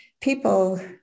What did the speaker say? people